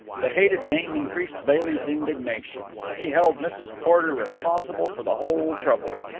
the hated name increased bailey's indignation. he held mrs. porter responsible for the whole trouble.